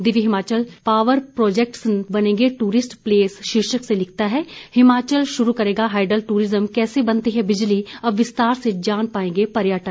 Divya Himachal power projects बनेंगे tourist place शीर्षक से लिखता है हिमाचल शुरू करेगा हाइडल टूरिज्म कैसे बनती है बिजली अब विस्तार से जान पाएंगे पर्यटक